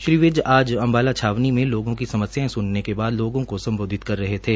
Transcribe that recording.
श्री विज आज अम्बाला छावनी में लोगों की समस्याए स्नने के बाद लोगों को सम्बोधित कर रहे थे